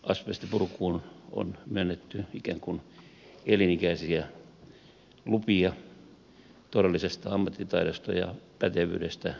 asbestipurkuun on myönnetty ikään kuin elinikäisiä lupia todellisesta ammattitaidosta ja pätevyydestä riippumatta